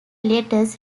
letters